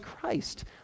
Christ